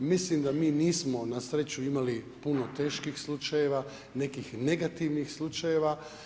Mislim da mi nismo na sreću imali puno teških slučajeva, nekih negativnih slučajeva.